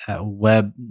web